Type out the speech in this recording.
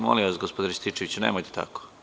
Molim vas, gospodine Rističeviću, nemojte tako.